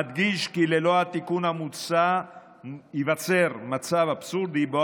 אדגיש כי ללא התיקון המוצע ייווצר מצב אבסורדי שבו